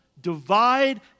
divide